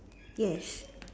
yes